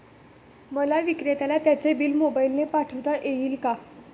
मला विक्रेत्याला त्याचे बिल मोबाईलने पाठवता येईल का?